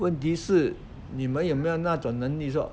问题是你们有没有那种能力说